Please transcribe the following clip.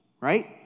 right